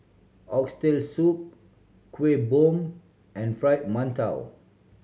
Oxtail Soup Kuih Bom and Fried Mantou